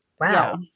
wow